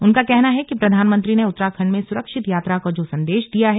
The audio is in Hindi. उनका कहना है कि प्रधानमंत्री ने उत्तराखंड में सुरक्षित यात्रा का जो संदेश दिया है